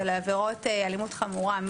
על עבירות אלימות חמורה,